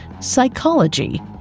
psychology